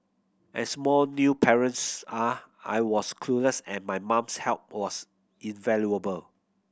as more new parents are I was clueless and my mum's help was invaluable